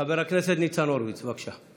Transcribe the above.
חבר הכנסת ניצן הורוביץ, בבקשה.